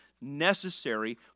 necessary